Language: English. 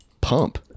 pump